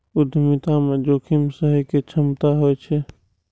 उद्यमिता मे जोखिम सहय के क्षमता होइ छै